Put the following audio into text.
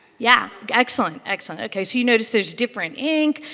yeah, excellent. excellent. okay, so you notice there's different ink.